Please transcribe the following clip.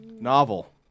Novel